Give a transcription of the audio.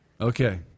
Okay